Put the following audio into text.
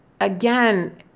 again